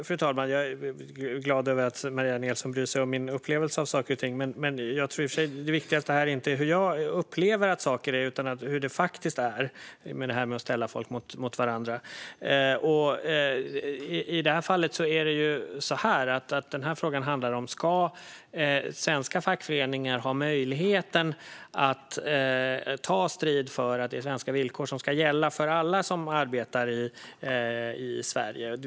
Fru talman! Jag är glad över att Maria Nilsson bryr sig om min upplevelse av saker och ting. I och för sig tror jag inte att det viktigaste är hur jag upplever hur saker är, utan hur det faktiskt är när det gäller detta att ställa folk mot varandra. I det här fallet handlar frågan om huruvida svenska fackföreningar ska ha möjligheten att ta strid för att det är svenska villkor som ska gälla för alla som arbetar i Sverige.